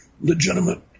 legitimate